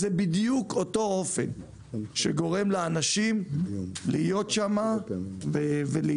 זה בדיוק אותו אופן שגורם לאנשים להיות שם ולהישאר.